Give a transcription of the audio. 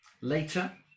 later